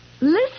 Listen